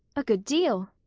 a good deal.